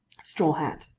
straw hat.